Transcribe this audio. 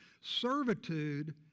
Servitude